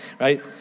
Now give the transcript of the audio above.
right